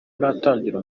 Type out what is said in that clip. natangira